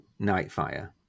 Nightfire